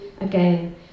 again